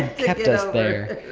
and kept us there.